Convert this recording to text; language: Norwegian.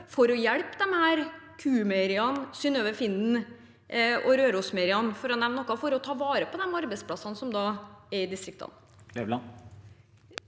for å hjelpe disse – Q-Meieriene, Synnøve Finden og Rørosmeieriet, for å nevne noen – for å ta vare på de arbeidsplassene som er i distriktene?